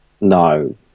No